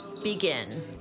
begin